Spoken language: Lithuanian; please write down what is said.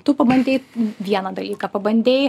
tu pabandei vieną dalyką pabandei